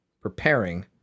preparing